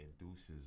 induces